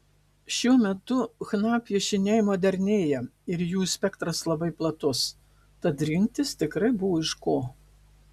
šiuo metu chna piešiniai modernėja ir jų spektras labai platus tad rinktis tikrai buvo iš ko